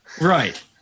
Right